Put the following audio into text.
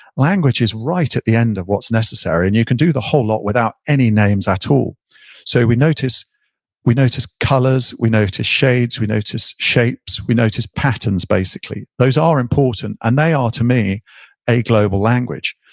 language is right at the end of what's necessary, and you can do the whole lot without any names at all so we notice we notice colors, we notice shades, we notice shapes, we notice patterns basically. those are important, and they are to me a global language.